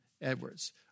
Edwards